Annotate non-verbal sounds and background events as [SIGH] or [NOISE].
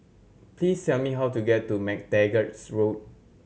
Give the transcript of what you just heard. please tell me how to get to MacTaggart [UNINTELLIGIBLE] Road